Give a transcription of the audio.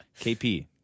KP